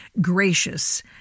gracious